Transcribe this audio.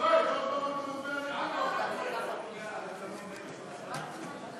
הצעת חוק מעמדן של ההסתדרות הציונית העולמית ושל הסוכנות